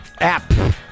App